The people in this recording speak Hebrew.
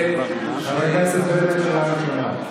חבר הכנסת בליאק, קריאה ראשונה.